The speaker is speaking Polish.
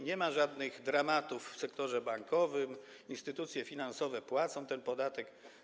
Nie ma żadnych dramatów w sektorze bankowym, instytucje finansowe płacą ten podatek.